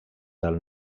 del